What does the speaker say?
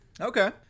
Okay